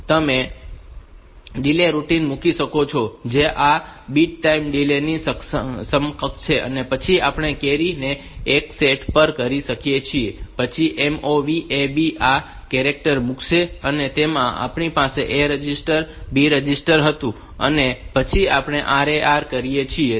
તેથી તમે delay routine મૂકી શકો છો જે આ બીટ ટાઈમ ડીલે ની સમકક્ષ છે અને પછી આપણે કૅરી ને એક પર સેટ કરીએ છીએ અને પછી MOV AB આ કેરેક્ટર મુકશે અને તેમાં આપણી પાસે A રજિસ્ટર B રજિસ્ટર હતું અને પછી આપણે RAR કરીએ છીએ